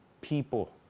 people